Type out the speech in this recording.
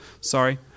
sorry